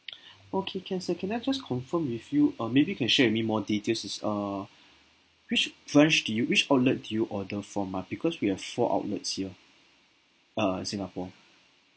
okay can sir can I just confirm with you uh maybe can share with me more details is err which branch did you which outlet did you order from ah because we have four outlets here uh singapore